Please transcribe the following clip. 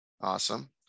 Awesome